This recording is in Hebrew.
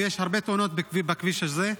ויש הרבה תאונות בכביש הזה.